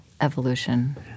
evolution